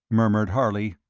murmured harley.